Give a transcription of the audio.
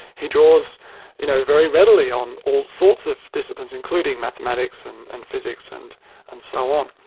he draws you know very readily on all sorts of disciplines, including mathematics and and physics and and so on.